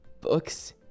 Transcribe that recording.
books